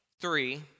Three